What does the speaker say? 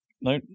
no